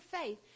faith